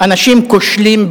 אנשים כושלים,